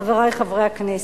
חברי חברי הכנסת,